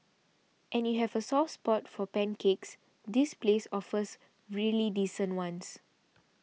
and if you have a soft spot for pancakes this place offers really decent ones